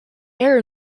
air